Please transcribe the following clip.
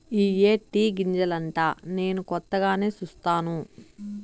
ఇయ్యే టీ గింజలంటా నేను కొత్తగానే సుస్తాను